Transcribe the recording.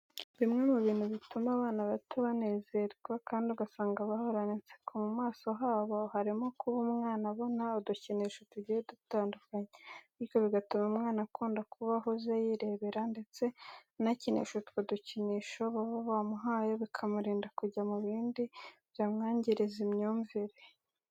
Bimwe mu bintu bituma abana bato banezerwa kandi ugasanga bahorana inseko mu maso habo, harimo kuba umwana abona udukinisho tugiye dutandukanye, bityo bigatuma umwana akunda kuba ahuze yirebera ndetse anakinisha utwo dukinisho baba bamuhaye bikamurinda kujya mu bindi byamwangiriza imyumvire.